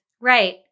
right